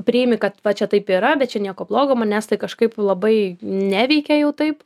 priimi kad va čia taip yra bet čia nieko blogo manęs tai kažkaip labai neveikė jau taip